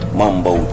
mumbo